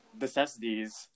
necessities